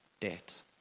debt